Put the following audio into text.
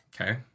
Okay